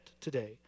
today